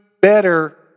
better